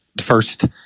first